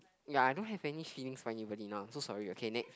ya I don't have any feelings for anybody now I'm so sorry okay next